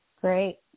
Great